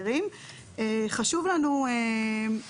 לצערנו אנחנו בעמדה של החלש מול החזק.